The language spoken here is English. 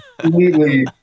completely